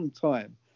time